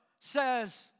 says